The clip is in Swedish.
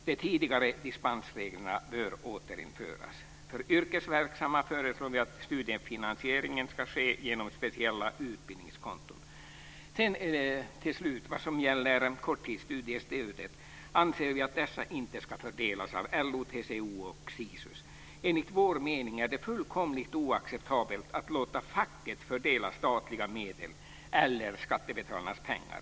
De tidigare dispensreglerna bör återinföras. För yrkesverksamma föreslår vi att studiefinansieringen ska ske genom speciella utbildningskonton. Till slut ska jag ta upp korttidsstudiestödet. Vi anser att det inte ska fördelas av LO, TCO och Sisus. Enligt vår mening är det fullkomligt oacceptabelt att låta facket fördela statliga medel eller skattebetalarnas pengar.